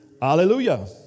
Hallelujah